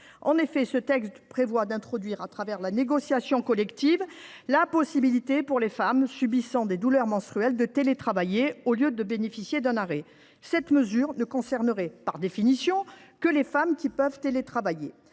En effet, ce texte permet d’ouvrir, par une négociation collective, la possibilité pour les femmes subissant des douleurs menstruelles de télétravailler au lieu de bénéficier d’un arrêt. Cette mesure ne concernerait, par définition, que les femmes qui peuvent télétravailler.